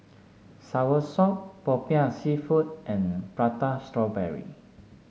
Soursop Popiah seafood and Prata Strawberry